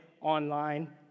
online